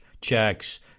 checks